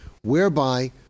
whereby